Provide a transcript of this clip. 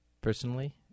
personally